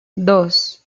dos